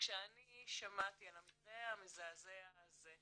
וכשאני שמעתי על המקרה המזעזע הזה,